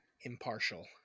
impartial